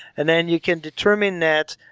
and then you can determine that,